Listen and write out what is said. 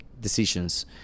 decisions